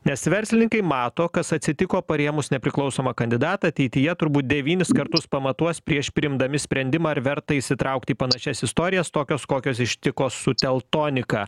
nes verslininkai mato kas atsitiko parėmus nepriklausomą kandidatą ateityje turbūt devynis kartus pamatuos prieš priimdami sprendimą ar verta įsitraukti į panašias istorijas tokios kokios ištiko su teltonika